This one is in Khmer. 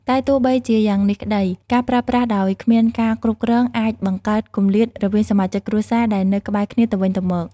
តែទោះបីជាយ៉ាងនេះក្ដី ការប្រើប្រាស់ដោយគ្មានការគ្រប់គ្រងអាច បង្កើតគម្លាត រវាងសមាជិកគ្រួសារដែលនៅក្បែរគ្នាទៅវិញទៅមក។